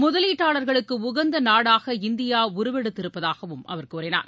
முதலீட்டாளர்களுக்கு உகந்த நாடாக இந்தியா உருவெடுத்திருப்பதாகவும் அவர் கூறினார்